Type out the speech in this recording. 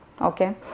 Okay